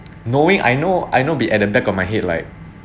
knowing I know I know be at the back of my head like